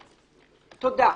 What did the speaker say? תודה.